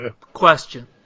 question